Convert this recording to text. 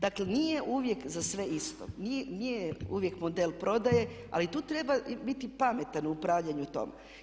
Dakle nije uvijek za sve isto, nije uvijek model prodaje, ali tu treba biti pametan u upravljanju tome.